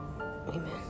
Amen